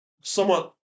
somewhat